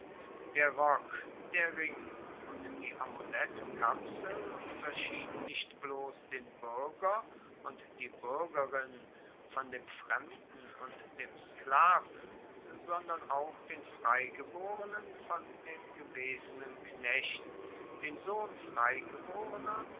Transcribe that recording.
der rock der ring und die amulettkapsel unterschieden nicht bloss den buerger und die buergerin von dem fremden und dem sklaven sondern auch den freigeborenen von dem gewesenen knecht den sohn